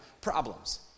problems